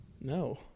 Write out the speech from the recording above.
No